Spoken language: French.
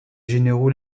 généraux